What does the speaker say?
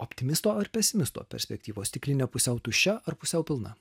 optimisto ar pesimisto perspektyvos stiklinė pusiau tuščia ar pusiau pilna